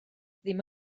ddim